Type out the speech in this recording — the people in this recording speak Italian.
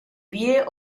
vie